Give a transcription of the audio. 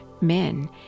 men